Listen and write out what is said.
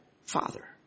father